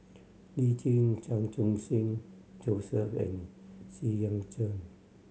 Lee Tjin Chan Khun Sing Joseph and Xu Yuan Zhen